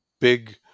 big